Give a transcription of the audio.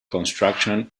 construction